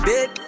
Big